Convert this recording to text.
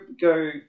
go